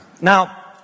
Now